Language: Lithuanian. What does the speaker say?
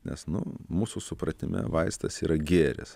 nes nu mūsų supratime vaistas yra gėris